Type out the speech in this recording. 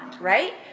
right